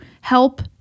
help